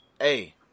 hey